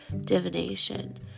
divination